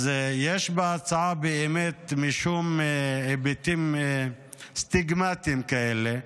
אז יש בהצעה באמת משום היבטים סטיגמטיים כאלה.